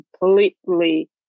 completely